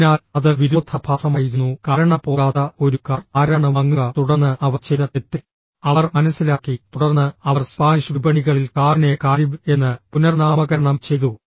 അതിനാൽ അത് വിരോധാഭാസമായിരുന്നു കാരണം പോകാത്ത ഒരു കാർ ആരാണ് വാങ്ങുക തുടർന്ന് അവർ ചെയ്ത തെറ്റ് അവർ മനസ്സിലാക്കി തുടർന്ന് അവർ സ്പാനിഷ് വിപണികളിൽ കാറിനെ കാരിബ് എന്ന് പുനർനാമകരണം ചെയ്തു